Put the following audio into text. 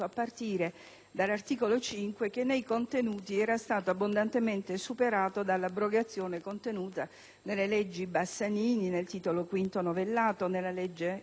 dall'articolo 5 che nei contenuti era stato abbondantemente superato dall'abrogazione contenuta nelle leggi Bassanini, nel Titolo V novellato e nella legge cosiddetta